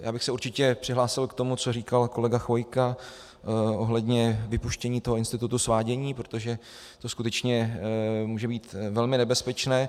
Já bych se určitě přihlásil k tomu, co říkal kolega Chvojka ohledně vypuštění institutu svádění, protože to skutečně může být velmi nebezpečné.